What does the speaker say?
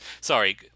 Sorry